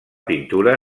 pintura